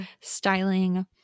Styling